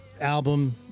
album